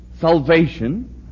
Salvation